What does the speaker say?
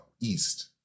East